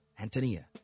Antonia